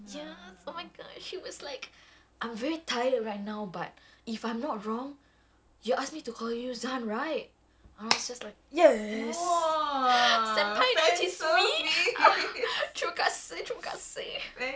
yes oh my gosh he was like I'm very tired right now but if I'm not wrong you asked me to call you zan right and I was just like yes senpai noticed me ah terima kasih terima kasih